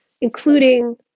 including